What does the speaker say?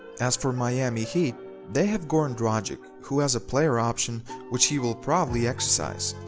as for miami heat they have goran dragic who has a player option which he will probably exercise.